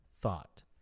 thought